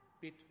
bit